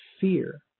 fear